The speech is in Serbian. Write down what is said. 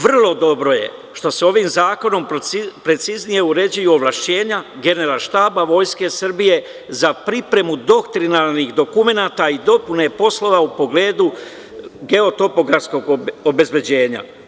Vrlo dobro je što se ovim zakonom preciznije uređuju ovlašćenja Generalštaba Vojske Srbije za pripremu doktrinalnih dokumenata i dopune poslova u pogledu geotopografskog obezbeđenja.